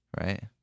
Right